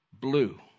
blue